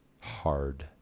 hard